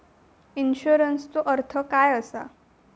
इन्शुरन्सचो अर्थ काय असा?